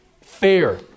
fair